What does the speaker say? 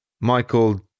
Michael